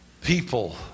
people